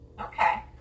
Okay